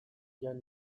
jan